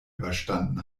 überstanden